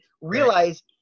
realize